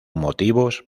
motivos